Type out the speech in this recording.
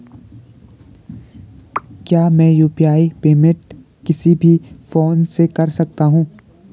क्या मैं UPI payment किसी भी फोन से कर सकता हूँ?